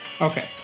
okay